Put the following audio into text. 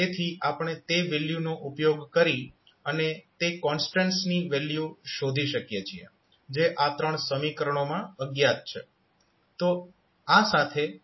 તેથી આપણે તે વેલ્યુનો ઉપયોગ કરી અને તે કોન્સ્ટન્ટ્સ ની વેલ્યુ શોધી શકીએ છીએ જે આ ત્રણ સમીકરણોમાં અજ્ઞાત છે